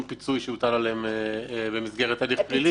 הפיצוי שהוטל עליהם במסגרת הליך פלילי.